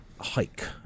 hike